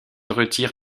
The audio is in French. retire